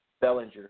Bellinger